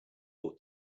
ought